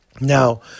Now